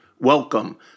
Welcome